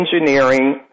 Engineering